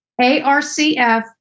ARCF